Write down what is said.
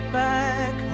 back